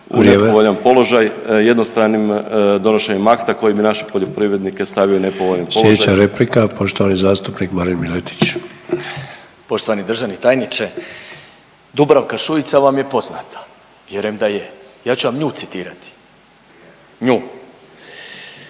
u nepovoljan položaj jednostranim donošenjem akta koje bi naše poljoprivrednike stavio u nepovoljan položaj. **Sanader, Ante (HDZ)** Sljedeća replika poštovani zastupnik Marin Miletić. **Miletić, Marin (MOST)** Poštovani državni tajniče. Dubravka Šuica vam je poznata? Vjerujem da je, ja ću vam nju citirati, nju.